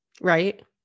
Right